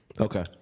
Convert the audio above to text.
Okay